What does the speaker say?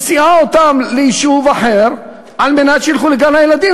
מסיעה אותם ליישוב אחר על מנת שילכו לגן הילדים,